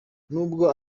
nubwo